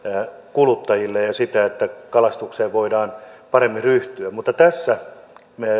kuluttajille ja sitä että kalastukseen voidaan paremmin ryhtyä mutta tässä